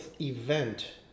event